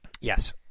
Yes